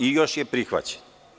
Još je prihvaćen.